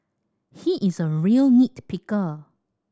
he is a real nit picker